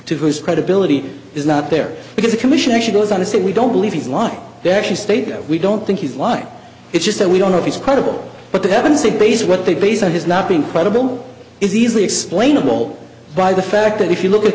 is to his credibility is not there because the commission actually goes on to say we don't believe he's lying they actually state that we don't think he's lying it's just that we don't know if he's credible but they haven't say based what they based on his not being credible is easily explainable by the fact that if you look at